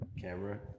camera